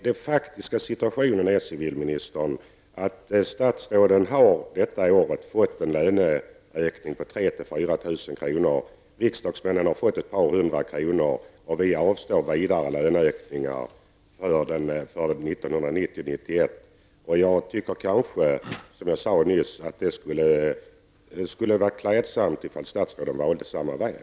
Den faktiska situationen, civilministern, är att statsråden detta år har fått en löneökning på 3 000--4 000 kr., att riksdagsledamöterna har fått ett par hundra kronor och att riksdagsledamöterna avstår vidare löneökningar för 1990--1991. Jag tycker, som jag sade nyss, att det skulle vara klädsamt om statsråden valde samma väg.